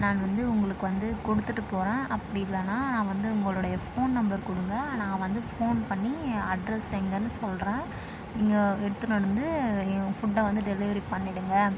நான் வந்து உங்களுக்கு வந்து கொடுத்துட்டு போகிறேன் அப்படி இல்லைன்னா நான் வந்து உங்களுடைய ஃபோன் நம்பர் கொடுங்க நான் வந்து ஃபோன் பண்ணி அட்ரஸ் எங்கேன்னு சொல்கிறேன் நீங்கள் எடுத்துகிட்டு வந்து என் ஃபுட்டை வந்து டெலிவரி பண்ணிவிடுங்க